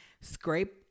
scrape